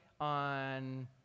on